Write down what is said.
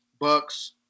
Bucks